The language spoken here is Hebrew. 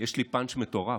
יש לי פאנץ' מטורף,